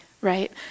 right